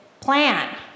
plan